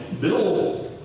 Bill